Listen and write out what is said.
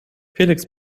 felix